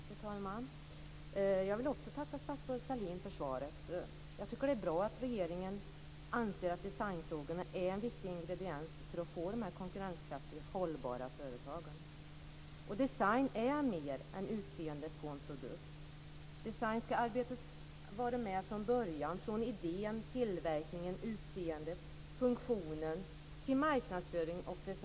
Fru talman! Jag vill också tacka statsrådet Sahlin för svaret. Jag tycker det är bra att regeringen anser att designfrågorna är en viktig ingrediens för att få konkurrenskraftiga, hållbara företag. Och design är mer än utseendet på en produkt. Design ska vara med från början, från idén, tillverkningen, utseendet och funktionen till marknadsföringen och presentationen.